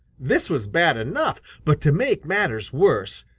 this was bad enough, but to make matters worse,